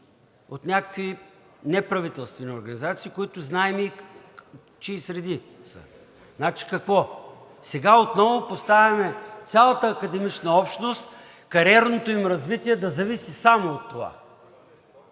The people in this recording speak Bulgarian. от някакви неправителствени организации, които знаем в чии среди са? Значи, какво – сега отново поставяме цялата академична общност, кариерното им развитие да зависи само от това?